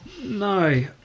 No